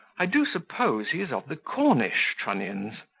i do suppose he is of the cornish trunnions.